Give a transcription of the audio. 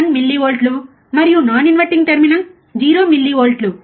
1 మిల్లీవోల్ట్లు మరియు non inverting terminal 0 millivolts